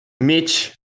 Mitch